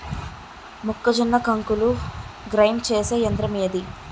మొక్కజొన్న కంకులు గ్రైండ్ చేసే యంత్రం ఏంటి?